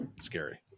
scary